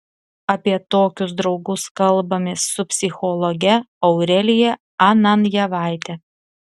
apie tokius draugus kalbamės su psichologe aurelija ananjevaite